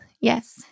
yes